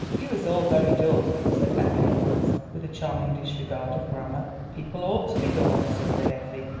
you is all very dull, said effie at last, with a charming disregard of grammar. people ought to be dull on sunday, effie,